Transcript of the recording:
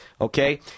Okay